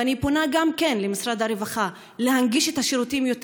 ואני פונה גם למשרד הרווחה להנגיש להם את השירותים יותר,